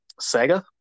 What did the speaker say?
Sega